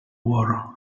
war